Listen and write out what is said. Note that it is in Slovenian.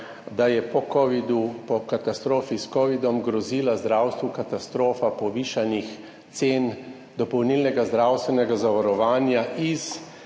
po katastrofi s covidom grozila zdravstvu katastrofa povišanih cen dopolnilnega zdravstvenega zavarovanja iz